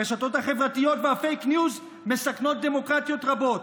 הרשתות החברתיות והפייק ניוז מסכנות דמוקרטיות רבות.